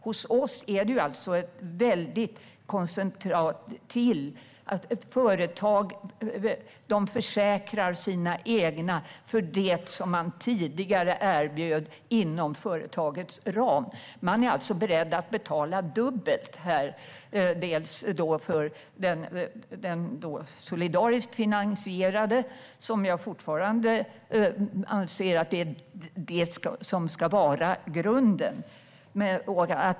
Hos oss är det väldigt koncentrerat till företag. Man försäkrar sina egna för det som man tidigare erbjöd inom företagets ram. Man är alltså beredd att betala dubbelt. Det handlar då delvis om den solidariskt finansierade vården. Jag anser fortfarande att det ska vara grunden.